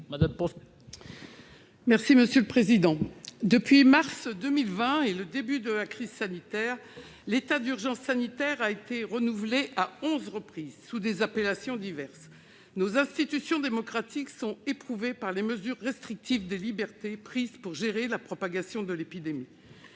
Depuis le mois de mars 2020 et le début de la crise sanitaire, l'état d'urgence sanitaire a été renouvelé à onze reprises, sous des appellations diverses ! Nos institutions démocratiques sont éprouvées par les mesures restrictives des libertés prises pour gérer la propagation de l'épidémie.